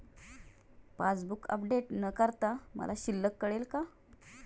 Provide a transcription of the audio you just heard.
Passbook update न करता मला शिल्लक कळेल का?